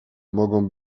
mogą